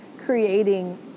creating